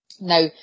Now